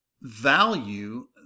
value